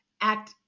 act